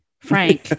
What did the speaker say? Frank